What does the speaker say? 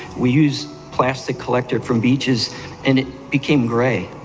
we used plastic collected from beaches and it became grey.